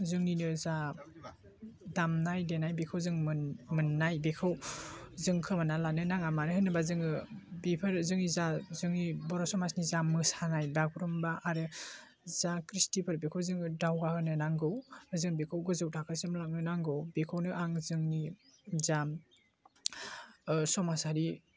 जोंनिनो जा दामनाय देनाय बेखौ जों मोन मोन्नाय बेखौ जों खोमानानै लानो नाङा मानो होनोब्ला जोङो बेफोर जोंनि जा जोंनि बर' समाजनि जा मोसानाय बागुरुम्बा आरो जा क्रिस्टिफोर बेखौ जोङो दावगाहोनो नांगौ जों बेखौ गोजौ थाखोसिम लांनो नांगौ बेखौनो आं जोंनि जा समाजारि